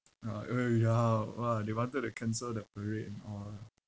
ah orh ya orh !wah! they wanted to cancel the parade and all